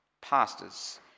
pastors